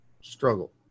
struggle